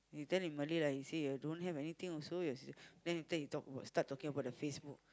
you tell in Malay like you say like you don't have anything also you then after that you talk about start talking about the Facebook